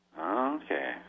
okay